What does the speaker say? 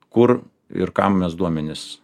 kur ir kam mes duomenis